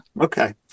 Okay